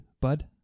bud